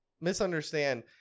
misunderstand